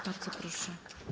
Bardzo proszę.